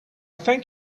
thank